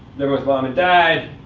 they're with mom and dad,